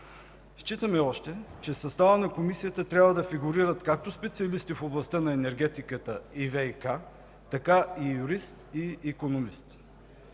Считаме още, че в състава на Комисията трябва да фигурират както специалисти в областта на енергетиката и ВиК, така и юрист, и икономист.